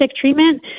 treatment